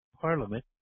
Parliament